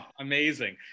amazing